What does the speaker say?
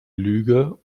lüge